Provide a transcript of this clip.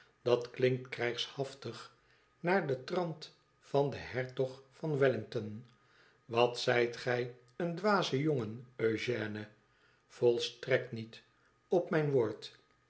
dat klinkt krijgshaftig naar den trant van den hertog van wellington wat zijt gij een dwaze jongen eugène volstrekt niet op mijn woord